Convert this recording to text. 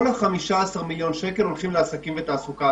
כל ה-15 מיליון שקלים מיועדים לעסקים ותעסוקה.